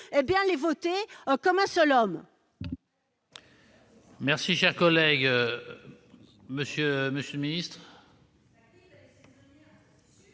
et voter comme un seul homme